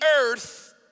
earth